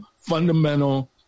fundamental